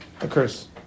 occurs